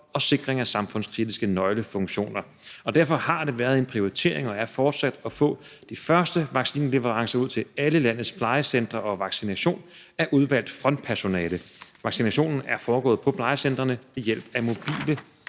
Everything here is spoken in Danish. og sikring af samfundskritiske nøglefunktioner. Derfor har det været en prioritering og er det fortsat at få de første vaccineleverancer ud til alle landets plejecentre og at få vaccineret udvalgt frontpersonale. Vaccinationen er foregået på plejecentrene ved hjælp af mobile